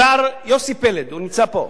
השר יוסי פלד, הוא נמצא פה,